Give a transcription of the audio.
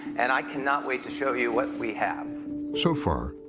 and i cannot wait to show you what we have so far,